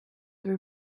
were